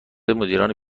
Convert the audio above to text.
مدیران